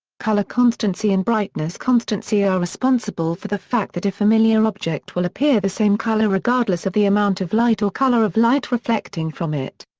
color constancy and brightness constancy are responsible for the fact that a familiar object will appear the same color regardless of the amount of light or color of light reflecting from it.